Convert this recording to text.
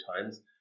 times